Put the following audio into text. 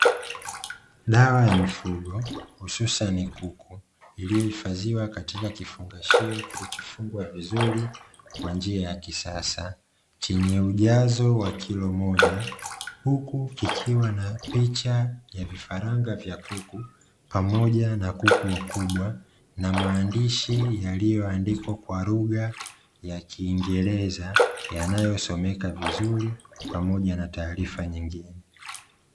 Dawa ya mifugo hususani kuku, iliyohifadhiwa katika kifugashio kilichofungwa vizuri kwa njia ya kisasa, chenye ujazo wa kilo moja huku kikiwa na picha ya vifaranga vya kuku pamoja na kuku wakubwa na maandishi yaliyoandikwa kwa lugha ya kiingereza yanayosomeka vizuri pamoja na taarifa nyingine.